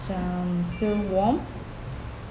um still warm